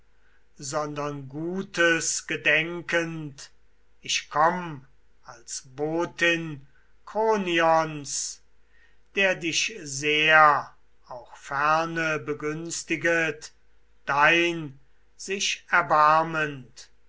sondern gutes gedenkend ich komm als botin kronions der dich sehr auch ferne begünstiget dein sich erbarmend